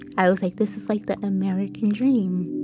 i was like, this is like the american dream.